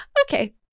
okay